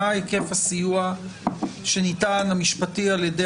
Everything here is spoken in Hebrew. מה היקף הסיוע המשפטי שניתן על ידי